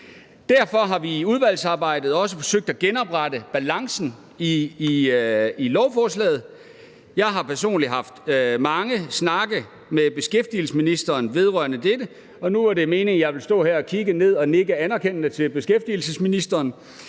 Derfor har vi i udvalgsarbejdet også forsøgt at genoprette balancen i lovforslaget. Jeg har personligt haft mange snakke med beskæftigelsesministeren vedrørende dette, og nu er det meningen, at jeg vil stå her og kigge ned og nikke anerkendende til beskæftigelsesministeren